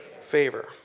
Favor